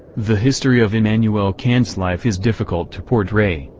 the history of immanuel kant's life is difficult to portray,